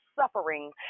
suffering